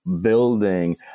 building